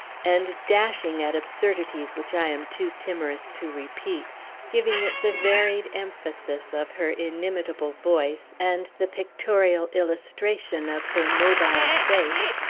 and dashing at absurdities which i am too timorous to repeat giving it the varied emphasis of her inimitable voice, and the pictorial illustration of her mobile face,